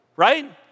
right